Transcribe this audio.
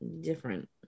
different